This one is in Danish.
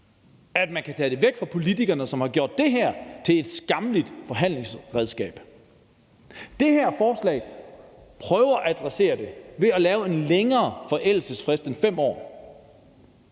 man kan tage det væk fra politikerne, som har gjort det her til et skammeligt forhandlingsredskab. Det her forslag prøver at adressere det ved at lave en længere forældelsesfrist end 5 år.